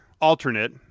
alternate